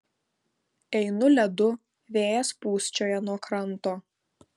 einu ledu vėjas pūsčioja nuo kranto